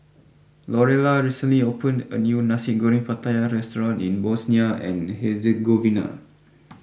Lorelai recently opened a new Nasi Goreng Pattaya restaurant in Bosnia and Herzegovina